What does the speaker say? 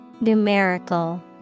Numerical